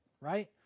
right